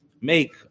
make